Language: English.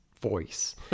voice